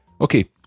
Okay